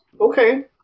Okay